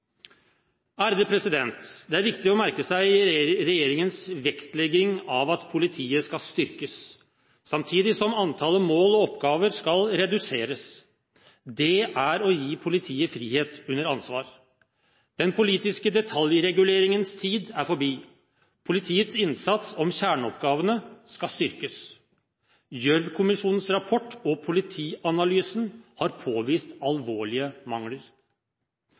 Det er viktig å merke seg regjeringens vektlegging av at politiet skal styrkes, samtidig som antall mål og oppgaver skal reduseres. Det er å gi politiet frihet under ansvar. Den politiske detaljreguleringens tid er forbi. Politiets innsats om kjerneoppgavene skal styrkes. Gjørv-kommisjonens rapport og Politianalysen har påvist alvorlige mangler.